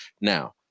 Now